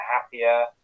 happier